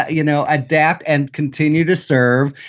ah you know, adapt and continue to serve.